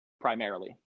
primarily